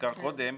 שנזכר קודם,